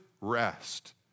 rest